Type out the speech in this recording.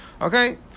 Okay